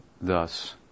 thus